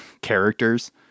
characters